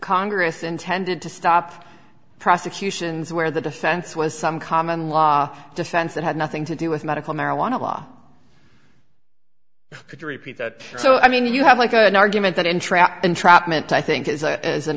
congress intended to stop prosecutions where the defense was some common law defense that had nothing to do with medical marijuana law could you repeat that so i mean you have like an argument that entrap entrapment i think is as an